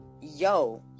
yo